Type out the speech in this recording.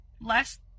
last